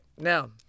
now